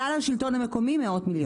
על כלל השלטון המקומי מאות מיליונים.